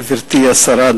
גברתי השרה,